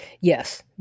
Yes